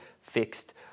fixed